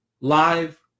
live